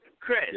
Chris